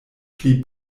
pli